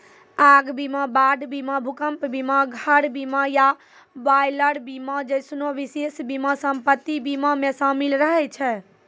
आग बीमा, बाढ़ बीमा, भूकंप बीमा, घर बीमा या बॉयलर बीमा जैसनो विशेष बीमा सम्पति बीमा मे शामिल रहै छै